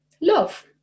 love